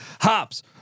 hops